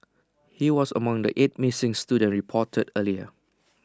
he was among the eight missing students reported earlier